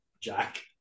Jack